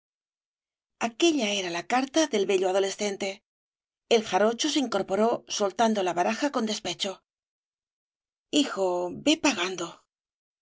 aquella era la carta del bello adolescente el jarocho se incorporó soltando la baraja con despecho hijo ve pagando